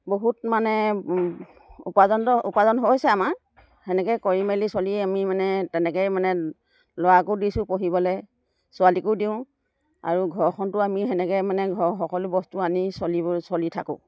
বহুত মানে উপাৰ্জনতো উপাৰ্জন হৈছে আমাৰ সেনেকৈ কৰি মেলি চলি আমি মানে তেনেকৈয়ে মানে ল'ৰাকো দিছোঁ পঢ়িবলৈ ছোৱালীকো দিওঁ আৰু ঘৰখনতো আমি সেনেকৈ মানে ঘৰ সকলো বস্তু আনি চলিব চলি থাকোঁ